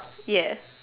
yes